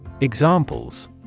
Examples